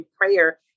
prayer